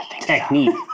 technique